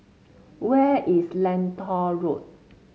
where is Lentor Road